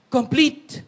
Complete